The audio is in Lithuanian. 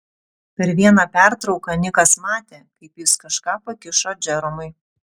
per vieną pertrauką nikas matė kaip jis kažką pakišo džeromui